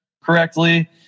correctly